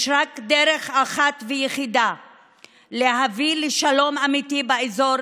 יש רק דרך אחת ויחידה להביא לשלום אמיתי באזור,